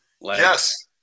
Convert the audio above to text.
Yes